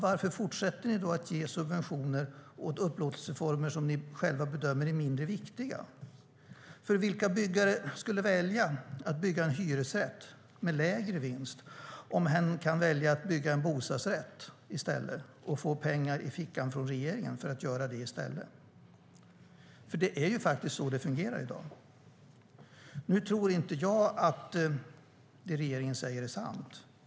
Varför fortsätter ni då att ge subventioner åt upplåtelseformer som ni själva bedömer är mindre viktiga? Vilken byggare skulle välja att bygga en hyresrätt med lägre vinst om hen i stället kan bygga en bostadsrätt och få pengar i fickan från regeringen? Det fungerar faktiskt så i dag. Nu tror inte jag att det som regeringen säger är sant.